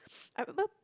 I remember